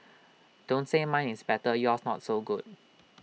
don't say mine is better yours not so good